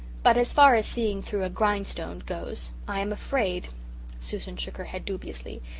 but as far as seeing through a grindstone goes, i am afraid susan shook her head dubiously,